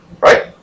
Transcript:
Right